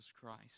Christ